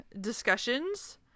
discussions